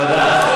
תודה.